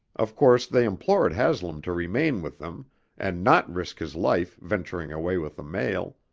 of course they implored haslam to remain with them and not risk his life venturing away with the mail.